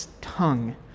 tongue